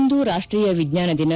ಇಂದು ರಾಷ್ಟೀಯ ವಿಜ್ಞಾನ ದಿನ